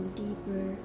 deeper